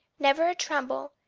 never a tremble,